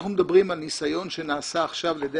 אנחנו מדברים על ניסיון שנעשה עכשיו על ידי